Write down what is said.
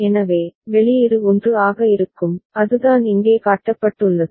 எனவே வெளியீடு 1 ஆக இருக்கும் அதுதான் இங்கே காட்டப்பட்டுள்ளது